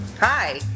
Hi